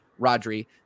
Rodri